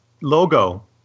logo